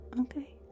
Okay